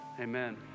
amen